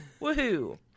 Woohoo